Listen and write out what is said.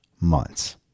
months